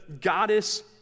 goddess